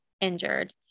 injured